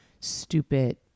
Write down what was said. stupid